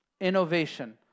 innovation